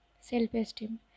self-esteem